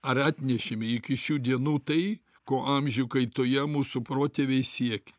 ar atnešėme iki šių dienų tai ko amžių kaitoje mūsų protėviai siekė